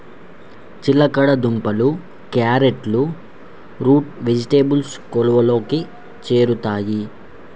చిలకడ దుంపలు, క్యారెట్లు రూట్ వెజిటేబుల్స్ కోవలోకి చేరుతాయి